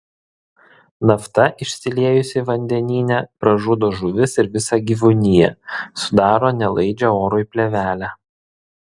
nafta išsiliejusi vandenyne pražudo žuvis ir visą gyvūniją sudaro nelaidžią orui plėvelę